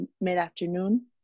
mid-afternoon